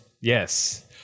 yes